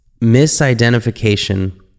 misidentification